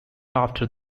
after